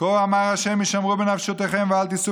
"כה אמר ה' הישמרו בנפשותיכם ואל תִשאו